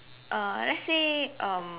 uh lets say um